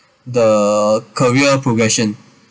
the the career progression